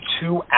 two